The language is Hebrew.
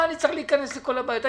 מה אני צריך להיכנס לכל הבעיות האלה.